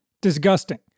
disgusting